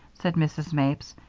said mrs. mapes,